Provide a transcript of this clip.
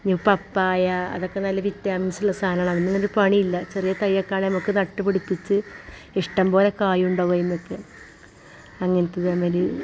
നി പപ്പായ അതൊക്കെ നല്ല വിറ്റാമിൻസ് ഉള്ള സാധനമാണ് പണിയില്ല ചെറിയ തയ്യക്കാട് മുക്ക് നട്ടുപിടിപ്പിച്ചു ഇഷ്ടം പോലെ കായുണ്ടാകും അതിൻ്റെയൊക്കെ അങ്ങനത്തെ അമര്